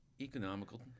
Economical